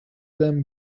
them